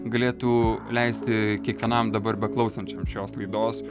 galėtų leisti kiekvienam dabar beklausančiam šios laidos